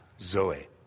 Zoe